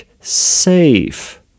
safe